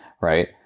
right